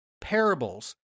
Parables